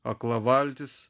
akla valtis